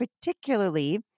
particularly